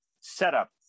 setup